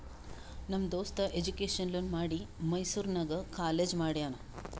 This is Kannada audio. ನಮ್ ದೋಸ್ತ ಎಜುಕೇಷನ್ ಲೋನ್ ಮಾಡಿ ಮೈಸೂರು ನಾಗ್ ಕಾಲೇಜ್ ಮಾಡ್ಯಾನ್